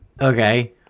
Okay